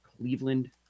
Cleveland